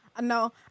No